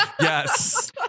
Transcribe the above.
Yes